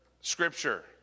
scripture